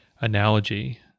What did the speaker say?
analogy